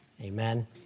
Amen